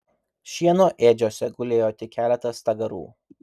šieno ėdžiose gulėjo tik keletas stagarų